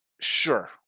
sure